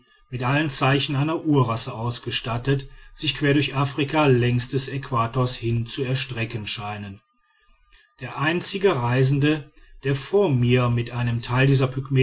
mit allen zeichen einer urrasse ausgestattet sich quer durch afrika längs des äquators hin zu erstrecken scheinen der einzige reisende der vor mir mit einem teil dieser